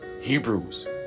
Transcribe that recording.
Hebrews